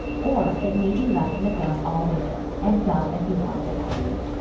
or it may be left in the ground all winter, and dug as you want it for use